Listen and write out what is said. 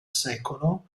secolo